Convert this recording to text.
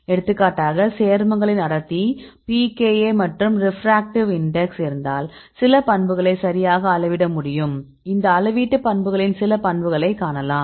எடுத்துக்காட்டாக சேர்மங்களின் அடர்த்தி pKa மற்றும் ரிஃப்ராக்டிவ் இன்டெக்ஸ் இருந்தால் சில பண்புகளை சரியாக அளவிட முடியும் மற்றும் அளவீட்டு பண்புகளின் சில பண்புகளை காணலாம்